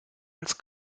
als